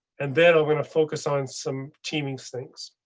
and then i'm going to focus on some. teaming things.